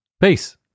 Peace